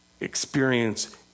experience